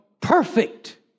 perfect